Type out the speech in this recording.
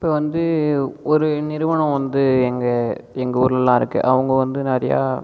இப்போ வந்து ஒரு நிறுவனம் வந்து எங்கள் எங்கள் ஊரிலலாம் இருக்கு அவங்க வந்து நிறையா